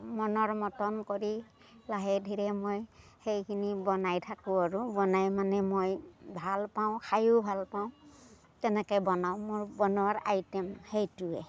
মনৰ মতন কৰি লাহে ধীৰে মই সেইখিনি বনাই থাকোঁ আৰু বনাই মানে মই ভাল পাওঁ খাইও ভাল পাওঁ তেনেকে বনাওঁ মোৰ বনোৱাৰ আইটেম সেইটোৱেই